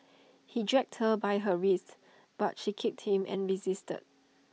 he dragged her by her wrists but she kicked him and resisted